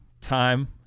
time